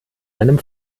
einem